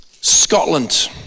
Scotland